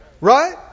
Right